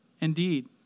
Indeed